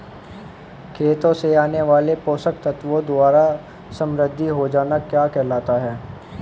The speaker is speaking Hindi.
खेतों से आने वाले पोषक तत्वों द्वारा समृद्धि हो जाना क्या कहलाता है?